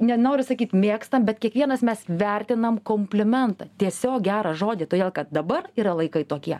nenoriu sakyt mėgstam bet kiekvienas mes vertinam komplimentą tiesiog gerą žodį todėl kad dabar yra laikai tokie